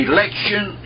Election